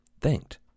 thanked